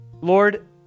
Lord